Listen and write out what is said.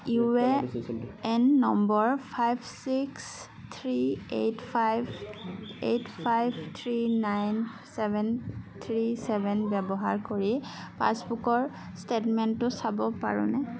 U A N number five six three eight five eight five three nine seven three seven ব্যৱহাৰ কৰি পাছবুকৰ ষ্টেটমেণ্টটো চাব পাৰোঁনে